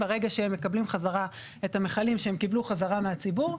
ברגע שהם מקבלים חזרה את המכלים שהם קיבלו חזרה מהציבור,